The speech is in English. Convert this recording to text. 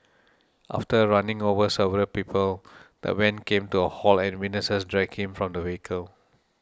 after running over several people the van came to a halt and witnesses dragged him from the vehicle